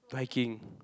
hiking